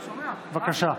בבקשה.